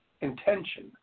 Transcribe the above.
intention